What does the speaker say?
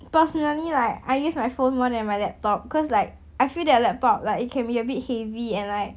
personally like I use my phone more than my laptop because like I feel that laptop like it can be a bit heavy and like